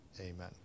Amen